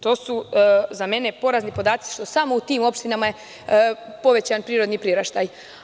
To su za mene porazni podaci, što je samo u tim opštinama povećan prirodni priraštaj.